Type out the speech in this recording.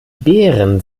beeren